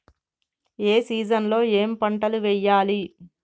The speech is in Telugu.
ఏ సీజన్ లో ఏం పంటలు వెయ్యాలి?